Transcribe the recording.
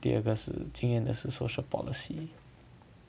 第二个是今天的是 social policy